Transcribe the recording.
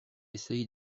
essayé